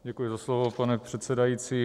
Děkuji za slovo, pane předsedající.